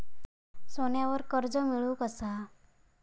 सोन्यावर कर्ज मिळवू कसा?